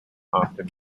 often